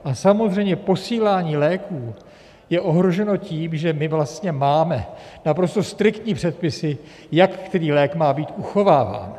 A samozřejmě posílání léků je ohroženo tím, že my vlastně máme naprosto striktní předpisy, jak který lék má být uchováván.